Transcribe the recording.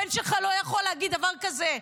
הבן שלך לא יכול להגיד דבר כזה,